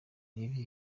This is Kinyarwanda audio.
ribe